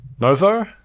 Novo